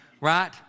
Right